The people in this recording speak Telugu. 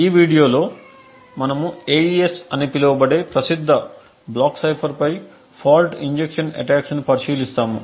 ఈ వీడియోలో మనము AES అని పిలువబడే ప్రసిద్ధ బ్లాక్ సైఫర్పై ఫాల్ట్ ఇంజెక్షన్ అటాక్స్ ను పరిశీలిస్తాము